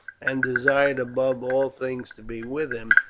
and desired above all things to be with him,